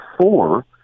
four